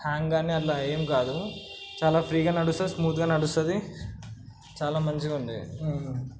hang కానీ అట్లా ఏం కాదు చాలా ఫ్రీగా నడుస్తుంది స్మూత్గా నడుస్తుంది చాలా మంచిగా ఉంది